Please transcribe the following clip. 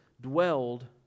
dwelled